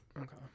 Okay